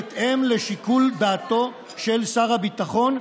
בהתאם לשיקול דעתו של שר הביטחון,